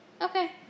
Okay